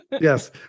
Yes